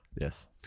Yes